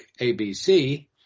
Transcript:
ABC